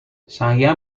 saya